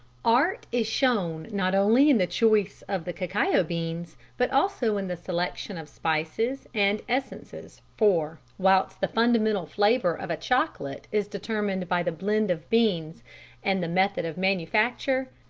art is shown not only in the choice of the cacao beans but also in the selection of spices and essences, for, whilst the fundamental flavour of a chocolate is determined by the blend of beans and the method of manufacture,